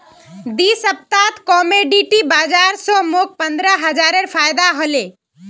दी सप्ताहत कमोडिटी बाजार स मोक पंद्रह हजारेर फायदा हले